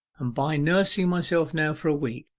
and by nursing myself now for a week,